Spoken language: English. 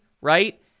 right